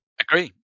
agree